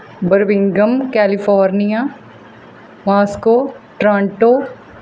Birmingham California Moscow Toronto